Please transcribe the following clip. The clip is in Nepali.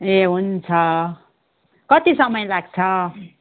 ए हुन्छ कति समय लाग्छ